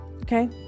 Okay